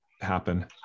happen